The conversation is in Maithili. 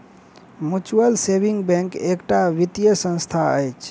म्यूचुअल सेविंग बैंक एकटा वित्तीय संस्था अछि